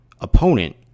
opponent